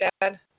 dad